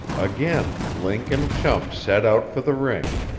again link and chum set out for the ring.